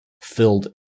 filled